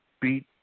beat